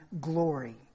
glory